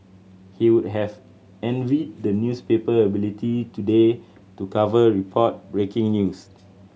he would have envied the newspaper ability today to cover report breaking news